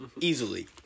easily